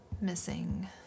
Missing